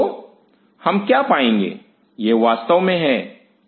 तो हम क्या पाएंगे यह वास्तव में है अम्लीय पक्ष